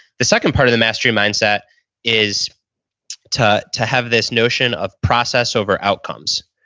the second part of the mastery mindset is to to have this notion of process over outcomes.